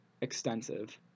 extensive